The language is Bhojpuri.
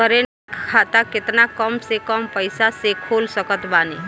करेंट खाता केतना कम से कम पईसा से खोल सकत बानी?